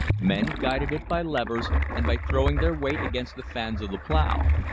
men guided it by levers, and by throwing their weight against the fans of the plow.